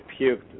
puked